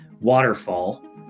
Waterfall